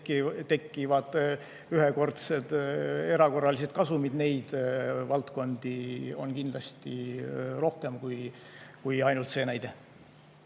tekivad ühekordsed erakorralised kasumid, kindlasti rohkem kui ainult see näide.